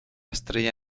estrella